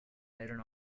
iron